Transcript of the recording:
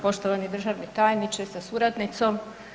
Poštovani državni tajniče sa suradnicom.